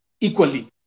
equally